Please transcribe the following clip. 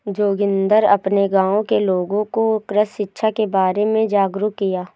जोगिंदर अपने गांव के लोगों को कृषि शिक्षा के बारे में जागरुक किया